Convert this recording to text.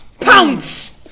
Pounce